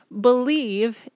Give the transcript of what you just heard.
believe